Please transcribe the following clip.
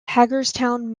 hagerstown